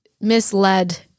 misled